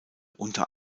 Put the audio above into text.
unter